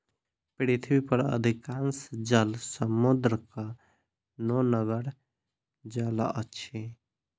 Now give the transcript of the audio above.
पृथ्वी पर अधिकांश जल समुद्रक नोनगर जल अछि